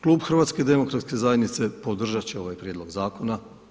Klub HDZ-a podržati će ovaj prijedlog zakona.